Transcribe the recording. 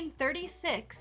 1936